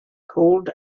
cold